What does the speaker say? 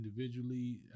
individually